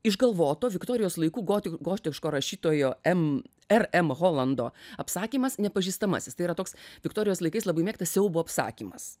išgalvoto viktorijos laikų gotik gotiško rašytojo m r m holando apsakymas nepažįstamasis tai yra toks viktorijos laikais labai mėgtas siaubo apsakymas